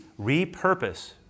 repurpose